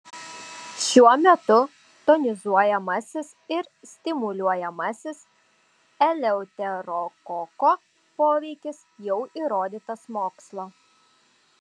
šiuo metu tonizuojamasis ir stimuliuojamasis eleuterokoko poveikis jau įrodytas mokslo